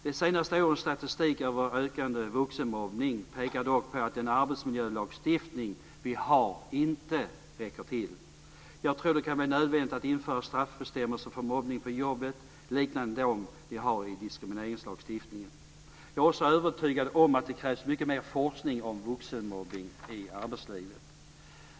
De senaste årens statistik över ökande vuxenmobbning pekar dock på att den arbetsmiljölagstiftning vi har inte räcker till. Jag tror att det kan bli nödvändigt att införa straffbestämmelser för mobbning på jobbet, liknande dem som vi har i diskrimineringslagstiftningen. Jag är också övertygad om att det krävs mycket mer forskning om vuxenmobbning i arbetslivet.